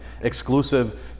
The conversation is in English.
exclusive